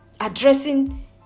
addressing